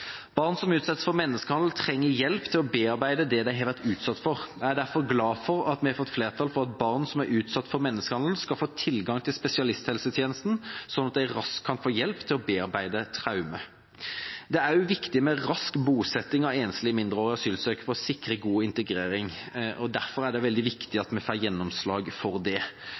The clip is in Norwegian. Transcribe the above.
Barn som utsettes for menneskehandel, trenger hjelp til å bearbeide det de har vært utsatt for. Jeg er derfor glad for at vi har fått flertall for at barn som er utsatt for menneskehandel, skal få tilgang til spesialisthelsetjenesten, slik at de raskt kan få hjelp til å bearbeide traumer. Det er også viktig med rask bosetting av enslige mindreårige asylsøkere for å sikre god integrering. Derfor er det veldig viktig at vi får gjennomslag for det.